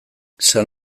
san